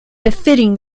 befitting